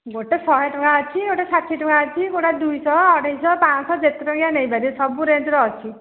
ଗୋଟେ ଶହ ଟଙ୍କା ଅଛି ଗୋଟ ଷାଠିଏ ଟଙ୍କା ଅଛି ଗୋଟେ ଦୁଇଶହ ଅଢ଼େଇଶହ ପାଞ୍ଚଶହ ଯେତେ ଟଙ୍କିଆ ନେଇପାରିବ ସବୁ ରେଞ୍ଜର ଅଛି